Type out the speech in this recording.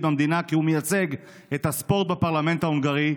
במדינה כי הוא מייצג את הספורט בפרלמנט ההונגרי,